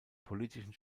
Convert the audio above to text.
politischen